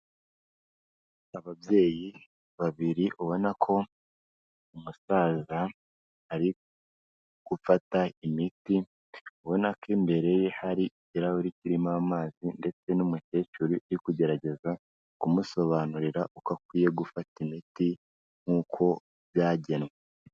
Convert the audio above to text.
Ababyeyi babiri ubona ko umusaza arigufata imiti, ubona ko imbere ye hari ikirahuri kirimo amazi, ndetse n'umukecuru uri kugerageza kumusobanurira uko akwiye gufata imiti nk'uko byagenwe.